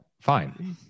fine